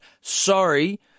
sorry